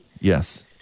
Yes